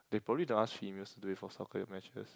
they probably don't ask females to do it for soccer matches